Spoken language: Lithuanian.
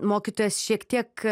mokytojas šiek tiek